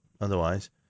otherwise